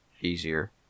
easier